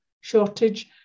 shortage